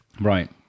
right